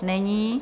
Není.